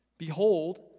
Behold